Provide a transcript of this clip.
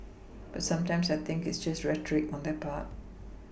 but sometimes I think it's just rhetoric on their part